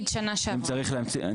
שנה, ואם צריך להמציא --- נגיד שנה שעברה.